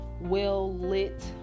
well-lit